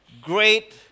great